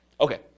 Okay